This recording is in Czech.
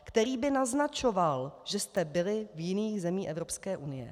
který by naznačoval, že jste byli v jiných zemích Evropské unie.